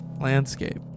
landscape